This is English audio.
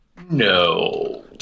No